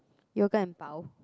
yoga and pau